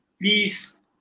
please